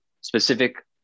specific